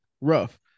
Rough